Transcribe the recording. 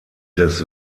des